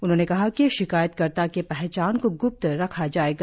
उन्होंने कहा कि शिकायतकर्ता की पहचान को ग्प्त रखा जायेगा